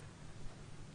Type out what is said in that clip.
וסדר צריך להיעשות.